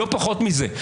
לא פחות מזה.